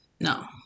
no